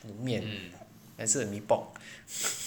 面还是 mee pok